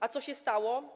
A co się stało?